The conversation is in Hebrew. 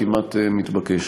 היא כמעט מתבקשת.